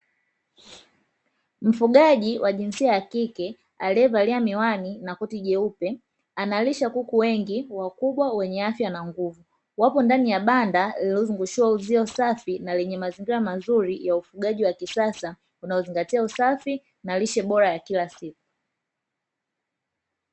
Mfugaji wa jinsia ya kike aliyevalia miwani na koti jeupe analisha kuku wengi wakubwa wenye afya na nguvu, wapo ndani ya banda lililozungushiwa uzio safi na lenye mazingira mazuri ya ufugaji wa kisasa unaozingatia usafi na lishe bora ya kila siku.